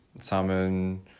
salmon